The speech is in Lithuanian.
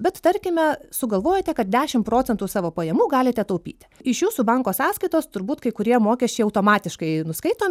bet tarkime sugalvojote kad dešim procentų savo pajamų galite taupyti iš jūsų banko sąskaitos turbūt kai kurie mokesčiai automatiškai nuskaitomi